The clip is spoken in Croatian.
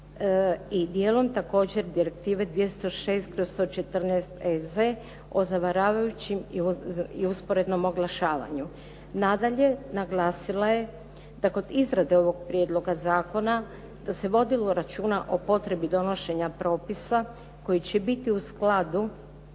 i dijelom također Direktive 206/114 EZ o zavaravajućim i usporednom oglašavanju. Nadalje, naglasila je da kod izrade ovog prijedloga zakona, da se vodilo računa o potrebi donošenja propisa koji će biti u skladu